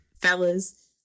Fellas